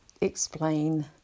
explain